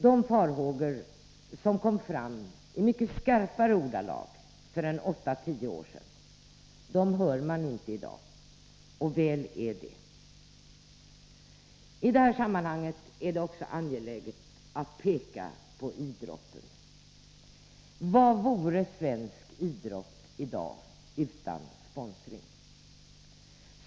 De farhågor som kom fram i mycket skarpare ordalag för 8-10 år sedan hör man inte i dag — och väl är det. I det här sammanhanget är det också angeläget att peka på idrotten. Vad vore svensk idrott i dag utan sponsring?